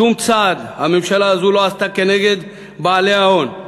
שום צעד הממשלה הזאת לא עשתה נגד בעלי ההון,